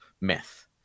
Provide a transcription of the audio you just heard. myth